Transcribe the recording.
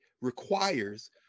requires